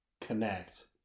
connect